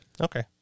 Okay